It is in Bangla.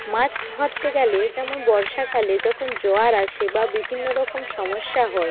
মাছ ধরতে গেলে যেমন বর্ষাকালে যখন জোয়ার আসে বা বিভিন্ন রকম সমস্যা হয়